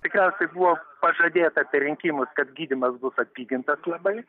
tikriausiai buvo pažadėta per rinkimus kad gydymas bus atpigintas labai